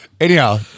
anyhow